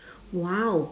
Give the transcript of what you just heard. !wow!